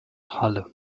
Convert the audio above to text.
halle